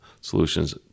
Solutions